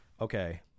Okay